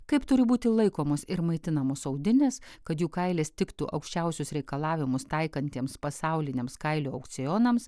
kaip turi būti laikomos ir maitinamos audinės kad jų kailis tiktų aukščiausius reikalavimus taikantiems pasauliniams kailių aukcionams